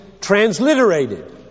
transliterated